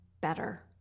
better